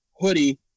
hoodie